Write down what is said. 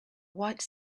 white